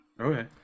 Okay